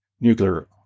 nuclear